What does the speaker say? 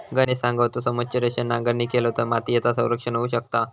गणेश सांगा होतो, समोच्च रेषेन नांगरणी केलव तर मातीयेचा संरक्षण होऊ शकता